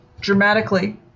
dramatically